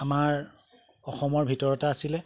আমাৰ অসমৰ ভিতৰতে আছিলে